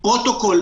פרוטוקול,